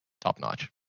top-notch